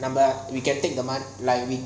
நம்ம:namma you can take the